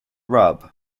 rub